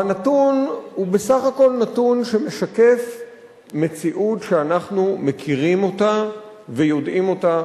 והנתון הוא בסך הכול נתון שמשקף מציאות שאנחנו מכירים אותה ויודעים אותה